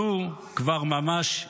זה כבר ממש איוולת.